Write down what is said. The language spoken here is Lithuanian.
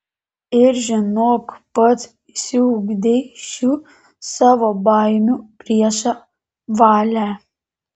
ir žinok pats išsiugdei šių savo baimių priešą valią